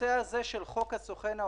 הנושא הזה, של חוק הסוכן האובייקטיבי,